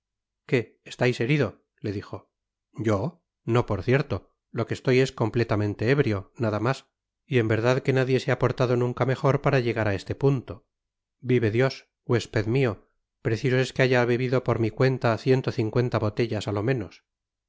que estais herido le dijo yo no por cierto lo que estoy es completamente ébrio nada mas y en verdad que nadie se ha portado nunca mejor para llegar á este punto vive dios huésped mio preciso es que haya bebido por mi cuenta ciento cincuenta botellas á lo menos